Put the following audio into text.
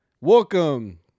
welcome